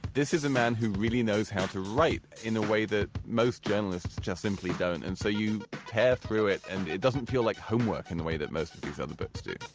this is a man who really knows how to write in a way that most journalists just simply don't. and so you tear through it and it doesn't feel like homework in the way that most of these other books do.